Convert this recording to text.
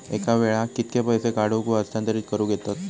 एका वेळाक कित्के पैसे काढूक व हस्तांतरित करूक येतत?